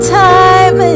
time